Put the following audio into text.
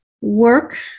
Work